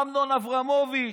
אמנון אברמוביץ',